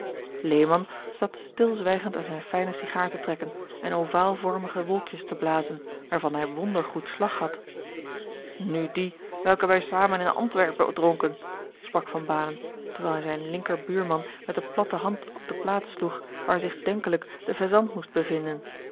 zat stilzwijgend aan zijne fijne sigaar te trekken en ovaalvormige wolkjes te blazen waarvan hij wonder goed slag had nu die welke wij zamen in antwerpen dronken sprak van banen terwijl hij zijn linker buurman met de platte hand op de plaats sloeg waar zich denkelijk de faisant moest bevinden